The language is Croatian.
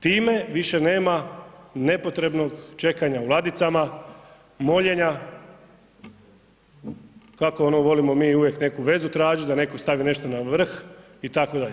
Time više nema nepotrebnog čekanja u ladicama, moljenja, kako volimo mi ono uvijek neku vezu tražiti, da netko stavi nešto na vrh itd.